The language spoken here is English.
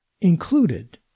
included